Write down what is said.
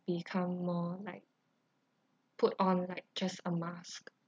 become more like put on like just a mask